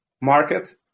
market